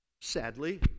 sadly